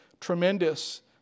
tremendous